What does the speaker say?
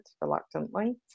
reluctantly